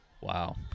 wow